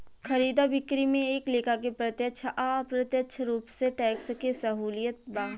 खरीदा बिक्री में एक लेखा के प्रत्यक्ष आ अप्रत्यक्ष रूप से टैक्स के सहूलियत बा